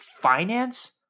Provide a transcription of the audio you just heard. finance